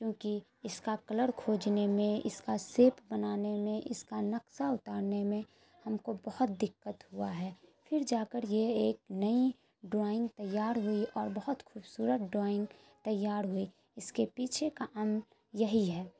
کیونکہ اس کا کلر کھوجنے میں اس کا سیپ بنانے میں اس کا نقسہ اتارنے میں ہم کو بہت دقت ہوا ہے پھر جا کر یہ ایک نئی ڈرائنگ تیار ہوئی اور بہت خوبصورت ڈرائنگ تیار ہوئی اس کے پیچھے کا انگ یہی ہے